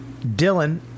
Dylan